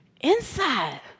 Inside